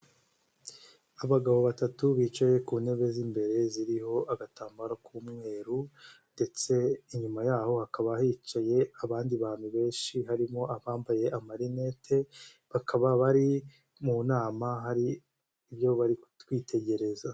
Abagabo batatu bicaye ku ntebe z'imbere ziriho agatambaro k'umweru ndetse inyuma yaho hakaba hicaye abandi bantu benshi, harimo abambaye amarinete bakaba bari mu nama hari ibyo bari kwitegereza.